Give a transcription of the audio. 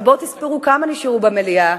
אבל בואו תספרו: כמה נשארו במליאה,